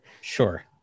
Sure